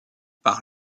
par